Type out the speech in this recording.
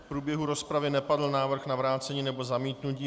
V průběhu rozpravy nepadl návrh na vrácení nebo zamítnutí.